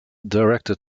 directed